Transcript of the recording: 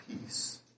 peace